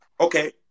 Okay